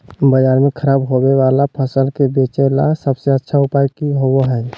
बाजार में खराब होबे वाला फसल के बेचे ला सबसे अच्छा उपाय की होबो हइ?